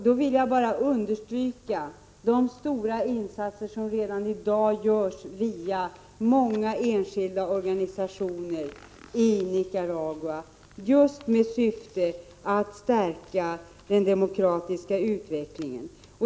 Då vill jag bara understryka de stora insatser som redan i dag i Nicaragua görs via många enskilda organisationer just med syfte att stärka den demokratiska utvecklingen.